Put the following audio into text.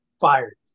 fired